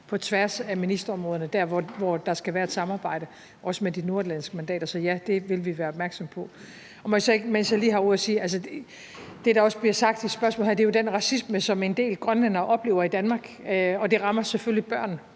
på tværs af ministerområderne der, hvor der skal være et samarbejde, også med de nordatlantiske mandater. Så ja, det vil vi være opmærksom på. Og må jeg så ikke, mens jeg har ordet, sige, at det, der også bliver sagt i spørgsmålet her, jo handler om den racisme, som en del grønlændere oplever i Danmark, og det rammer selvfølgelig børn